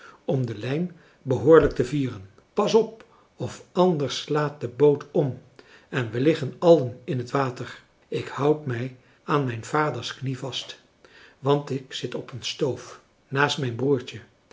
om de lijn behoorlijk te vieren pas op of anders slaat de boot om en we liggen allen in het water ik houd mij aan mijn vaders knie vast want ik zit op een stoof naast mijn broertje